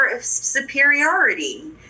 superiority